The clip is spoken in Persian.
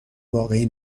واقعی